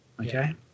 Okay